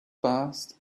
passed